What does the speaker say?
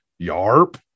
yarp